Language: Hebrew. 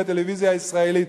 בטלוויזיה הישראלית.